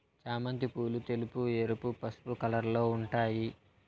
చామంతి పూలు తెలుపు, ఎరుపు, పసుపు కలర్లలో ఉంటాయి